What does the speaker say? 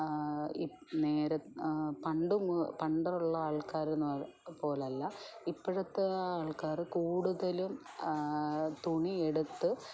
E നേരെ പണ്ട് മൊ പണ്ടുള്ള ആൾക്കാരെന്ന് പറഞ്ഞ പോലല്ല ഇപ്പോഴത്തെ ആൾക്കാർ കൂടുതലും തുണി എടുത്ത്